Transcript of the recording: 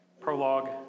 prologue